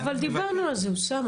אבל דיברנו על זה אוסאמה.